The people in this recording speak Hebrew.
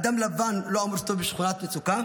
אדם לבן לא אמור להסתובב בשכונת מצוקה?